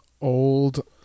old